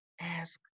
ask